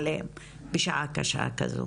אולי הוא יודע יותר על תוכניות הרווחה.